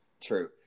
True